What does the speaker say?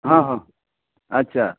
हँ हँ अच्छा